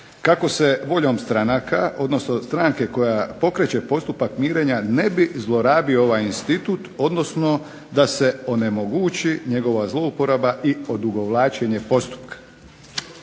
kako se voljom stranaka, odnosno stranke koja pokreće postupak mirenja ne bi zlorabio ovaj institut, odnosno da se onemogući njegova zlouporaba i odugovlačenje postupka.